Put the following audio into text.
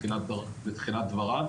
בתחילת דבריו